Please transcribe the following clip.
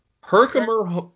Herkimer